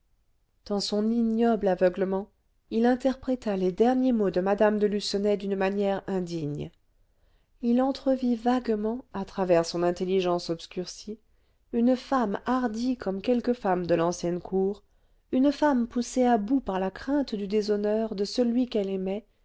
dans son ignoble aveuglement il interpréta les derniers mots de mme de lucenay d'une manière indigne il entrevit vaguement à travers son intelligence obscurcie une femme hardie comme quelques femmes de l'ancienne cour une femme poussée à bout par la crainte du déshonneur de celui qu'elle aimait